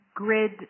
grid